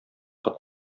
кына